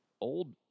old